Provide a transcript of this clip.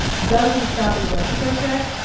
doesn't stop at your respiratory track.